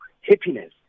happiness